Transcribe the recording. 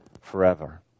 forever